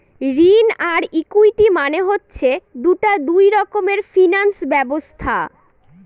ঋণ আর ইকুইটি মানে হচ্ছে দুটা দুই রকমের ফিনান্স ব্যবস্থা